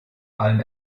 allen